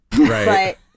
right